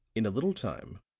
in a little time,